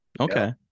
Okay